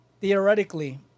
Theoretically